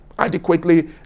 adequately